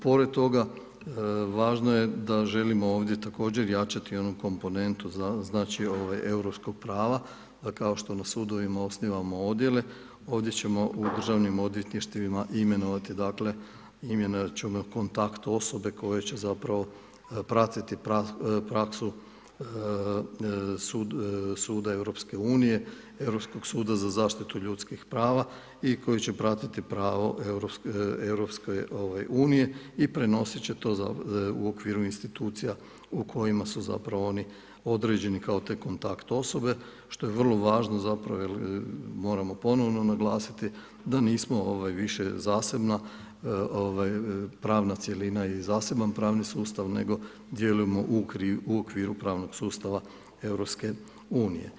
Pored toga važno je da želimo ovdje također jačati onu komponentu europskog prava da kao što na sudovima osnivamo odjele ovdje ćemo u državnim odvjetništvima imenovati dakle, imenovati ćemo kontakt osobe koje će zapravo pratiti praksu Suda EU, Europskog suda za zaštitu ljudskih prava i koji će pratiti pravo EU i prenositi će to u okviru institucija u kojima su zapravo oni određeni kao te kontakt osobe što je vrlo važno zapravo jer moramo ponovno naglasiti da nismo više zasebna pravna cjelina i zaseban pravni sustav nego djelujemo u okviru pravnog sustava EU.